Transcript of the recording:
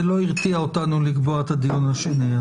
זה לא הרתיע אותנו מלקיים את הדיון השני.